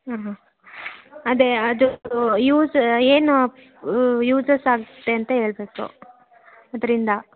ಹ್ಞೂಹು ಅದೇ ಅದು ಯೂಸ್ ಏನು ಯೂಸಸ್ ಆಗುತ್ತೆ ಅಂತ ಹೇಳ್ಬೇಕು ಅದರಿಂದ